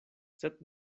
sed